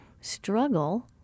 struggle